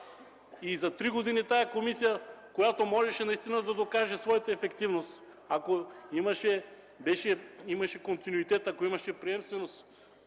За три години тази комисия, която можеше наистина да докаже своята ефективност, ако имаше контюнитет, ако имаше приемственост,